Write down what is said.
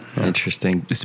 Interesting